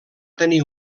tenir